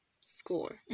score